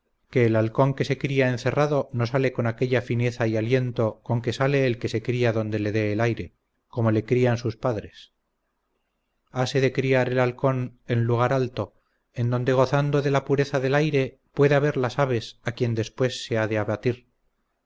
que el halcón que se cría encerrado no sale con aquella fineza y aliento con que sale el que se cría donde le dé el aire como le criaban sus padres hase de criar el halcón en lugar alto en donde gozando de la pureza del aire pueda ver las aves a quien después se ha de abatir